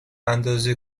اندازه